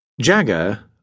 Jagger